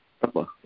tapa